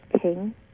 king